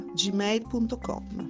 gmail.com